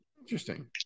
Interesting